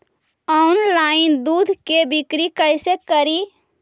Online दुध के बिक्री कैसे करि?